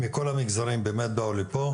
מכל המגזרים באמת באו לפה.